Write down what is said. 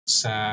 sa